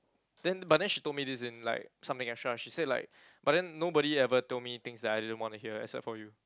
then but then she told me this in like something extra she said like but then nobody ever told me things that I didn't want to hear except for you